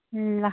ल